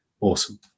Awesome